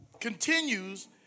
continues